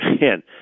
man